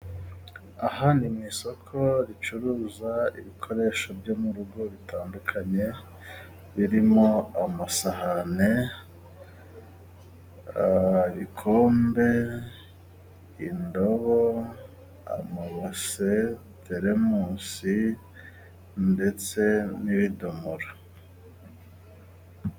Aha ni mu isoko ricuruza ibikoresho byo mu rugo bitandukanye birimo: amasahane, ibikombe, indobo, amabase, terimusi, ndetse n'ibidomoro.